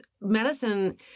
medicine